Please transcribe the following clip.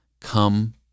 come